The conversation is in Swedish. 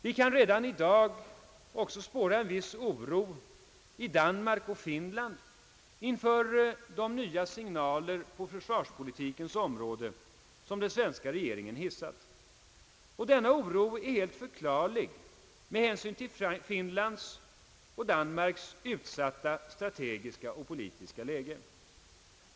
Vi kan också redan i dag spåra en viss oro i Danmark och Finland inför de nya signaler på försvarspolitikens område, som den svenska regeringen hissat, och denna oro är helt förklarlig med hänsyn till Finlands och Danmarks utsatta strategiska och politiska läge.